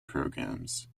programs